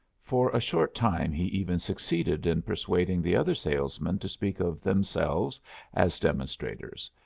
for a short time he even succeeded in persuading the other salesmen to speak of themselves as demonstrators,